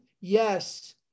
Yes